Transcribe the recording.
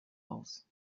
aus